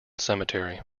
cemetery